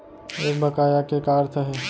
एक बकाया के का अर्थ हे?